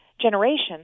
generation